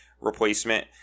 replacement